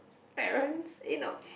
parents eh no